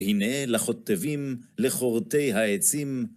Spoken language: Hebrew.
הנה לחוטבים, לכורתי העצים.